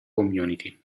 community